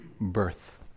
birth